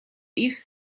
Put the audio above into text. ich